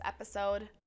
episode